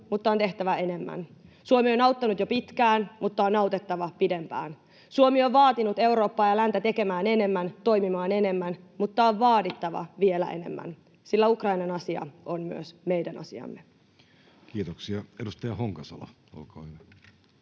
mutta on tehtävä enemmän. Suomi on auttanut jo pitkään, mutta on autettava pidempään. Suomi on vaatinut Eurooppaa ja länttä tekemään enemmän, toimimaan enemmän, mutta on vaadittava vielä enemmän, sillä Ukrainan asia on myös meidän asiamme. Kiitoksia. — Edustaja Honkasalo, olkaa hyvä.